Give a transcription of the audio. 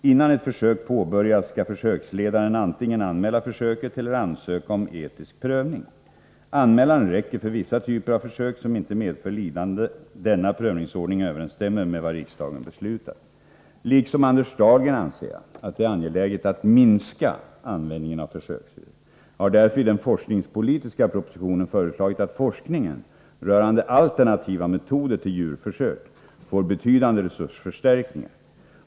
Innan ett försök påbörjas skall försöksledaren antingen anmäla försöket eller ansöka om etisk prövning. Anmälan räcker för vissa typer av försök som inte medför lidande. Denna prövningsordning överensstämmer med vad riksdagen beslutat. Liksom Anders Dahlgren anser jag att det är angeläget att minska användningen av försöksdjur. Jag har därför i den forskningspolitiska propositionen föreslagit att forskningen rörande alternativa metoder till djurförsök får betydande resursförstärkningar.